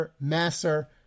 masser